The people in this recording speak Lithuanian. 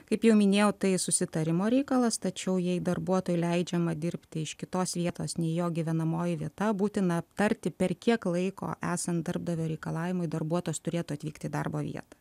kaip jau minėjau tai susitarimo reikalas tačiau jei darbuotojui leidžiama dirbti iš kitos vietos nei jo gyvenamoji vieta būtina aptarti per kiek laiko esant darbdavio reikalavimui darbuotojas turėtų atvykti darbo vietą